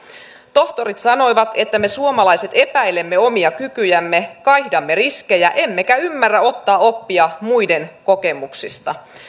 tohtorit sanoivat että me suomalaiset epäilemme omia kykyjämme kaihdamme riskejä emmekä ymmärrä ottaa oppia muiden kokemuksista